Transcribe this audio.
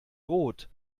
rot